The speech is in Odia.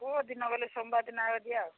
କେଉଁଦିନ ଗଲେ ସୋମବାର ଦିନ ଯିବା ଆଉ